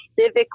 civic